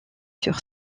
sur